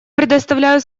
предоставляю